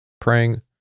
praying